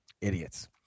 idiots